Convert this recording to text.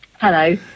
Hello